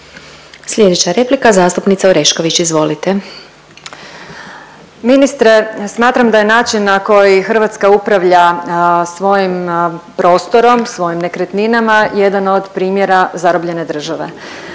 Slijedeća replika zastupnica Orešković, izvolite. **Orešković, Dalija (DOSIP)** Ministre, smatram da je način na koji Hrvatska upravlja svojim prostorom, svojim nekretninama, jedan od primjera zarobljene države.